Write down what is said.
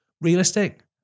realistic